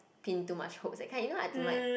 pin too much hope that kind you know I don't like